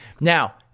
Now